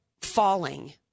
falling